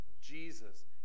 Jesus